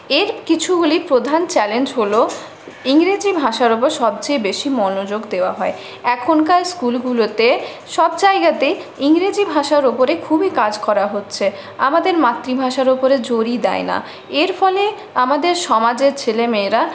এর কিছুগুলি প্রধান চ্যালেঞ্জ হলো ইংরেজি ভাষার উপর সবচেয়ে বেশি মনোযোগ দেওয়া হয় এখনকার স্কুলগুলোতে সব জায়গাতেই ইংরেজি ভাষার উপরে খুবই কাজ করা হচ্ছে আমাদের মাতৃভাষার উপরে জোরই দেয় না এর ফলে আমাদের সমাজের ছেলেমেয়েরা